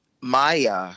Maya